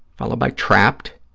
followed by trapped,